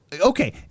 Okay